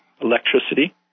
electricity